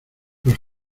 los